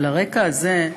על הרקע הזה,